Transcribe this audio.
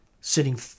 sitting